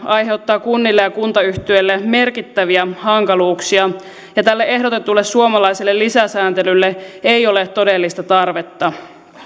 aiheuttaa kunnille ja kuntayhtymille merkittäviä hankaluuksia ja tälle ehdotetulle suomalaiselle lisäsääntelylle ei ole todellista tarvetta